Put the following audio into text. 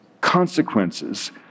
consequences